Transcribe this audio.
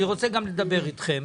אני רוצה גם לדבר איתכם,